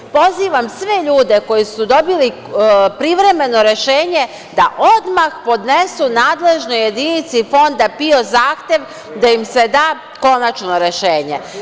Ovim putem pozivam sve one ljude koji su dobili privremeno rešenje da odmah podnesu nadležnoj jedinici Fonda PIO zahtev da im se da konačno rešenje.